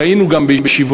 היינו גם בישיבות,